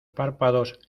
párpados